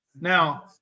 Now